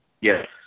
Yes